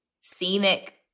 scenic